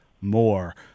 more